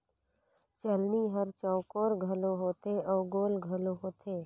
चलनी हर चउकोर घलो होथे अउ गोल घलो होथे